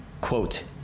quote